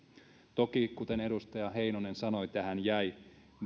toki kuten edustaja heinonen sanoi tähän jäi